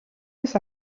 jis